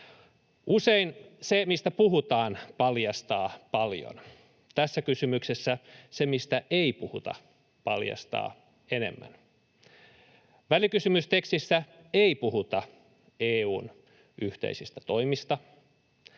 Usein se, mistä puhutaan, paljastaa paljon. Tässä kysymyksessä se, mistä ei puhuta, paljastaa enemmän. Välikysymystekstissä ei puhuta EU:n yhteisistä toimista.